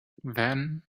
then